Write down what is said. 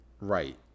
right